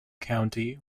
county